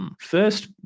first